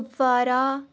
Kupwara